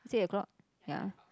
eight o-clock ya